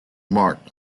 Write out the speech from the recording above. marked